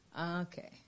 Okay